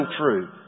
true